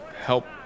help